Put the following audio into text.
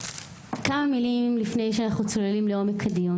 כמה מילים לפני שאנחנו צוללים לעומק הדיון.